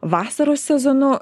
vasaros sezonu